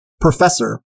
professor